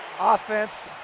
Offense